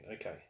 Okay